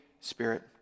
Spirit